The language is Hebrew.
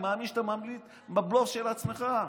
אני מאמין שאתה מאמין בבלוף של עצמך.